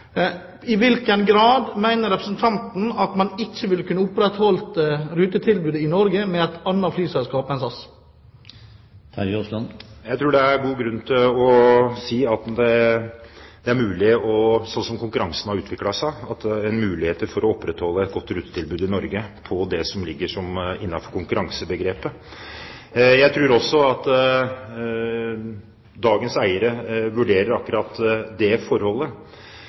I hvilken grad mener representanten at man ikke ville kunne opprettholde rutetilbudet i Norge med et annet flyselskap enn SAS? Jeg tror det er god grunn til å si at slik konkurransen har utviklet seg, er det muligheter for å opprettholde et godt rutetilbud i Norge på det som ligger innenfor konkurransebegrepet. Jeg tror også at dagens eiere vurderer akkurat det forholdet.